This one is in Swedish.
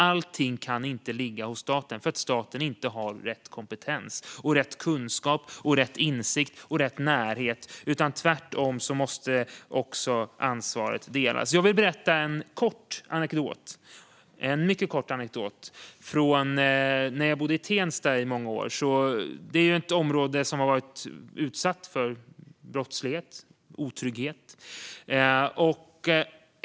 Allting kan dock inte ligga hos staten, för staten har inte rätt kompetens, kunskap, insikt eller närhet, utan ansvaret måste tvärtom delas. Jag vill berätta en mycket kort anekdot från Tensta, där jag bodde i många år. Det är ett område som varit utsatt för brottslighet och otrygghet.